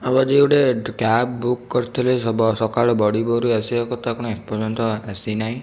ଆଉ ଆଜି ଗୋଟେ କ୍ୟାବ୍ ବୁକ୍ କରିଥିଲି ସକାଳୁ ବଡ଼ି ଭୋରୁ ଆସିବା କଥା କ'ଣ ଏପର୍ଯ୍ୟନ୍ତ ଆସିନାହିଁ